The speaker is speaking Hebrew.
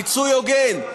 פיצוי הוגן.